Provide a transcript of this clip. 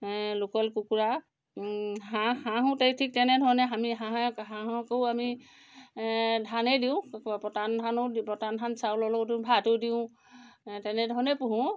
local কুকুৰা হাঁহ হাঁহো তেই ঠিক তেনেধৰণে আমি হাঁহক হাঁহকো আমি ধানেই দিওঁ কুকুৰা পতান ধানো দিওঁ পতান ধান চাউলৰ লগতো ভাতো দিওঁ তেনেধৰণেই পোহোঁ